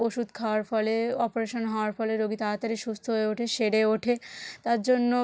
ওষুধ খাওয়ার ফলে অপরেশন হওয়ার ফলে রোগী তাড়াতাড়ি সুস্থ হয়ে ওঠে সেরে ওঠে তার জন্য